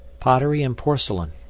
pottery and porcelain